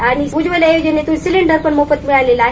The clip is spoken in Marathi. आणि उज्ज्वला योजनेतील सिंलेडर पण मोफत मिळाले आहे